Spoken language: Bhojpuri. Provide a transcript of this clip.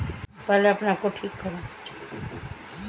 बैगन से तरकारी, चोखा, कलउजी सब कुछ बनेला